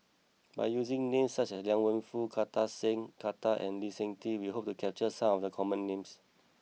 by using names such as Liang Wenfu Kartar Singh Thakral and Lee Seng Tee we hope to capture some of the common names